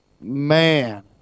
Man